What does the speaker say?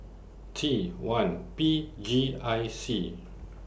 T one P G I C